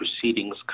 proceedings